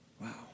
Wow